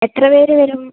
എത്ര പേര് വരും